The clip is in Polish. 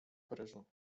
paryżu